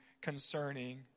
concerning